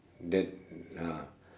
that ah